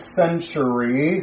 century